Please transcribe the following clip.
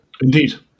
indeed